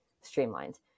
streamlined